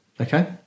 Okay